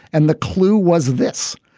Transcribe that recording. and the clue was this.